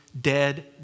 dead